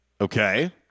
Okay